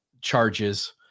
charges